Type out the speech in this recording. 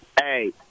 Hey